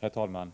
Herr talman!